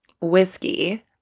whiskey